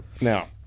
Now